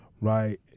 right